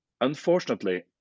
unfortunately